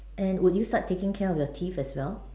and would you start taking care of your teeth's as well